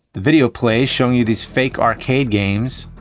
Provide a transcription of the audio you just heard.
the video plays showing you these fake arcade games.